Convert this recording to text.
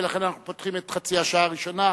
ולכן אנחנו פותחים את חצי השעה הראשונה,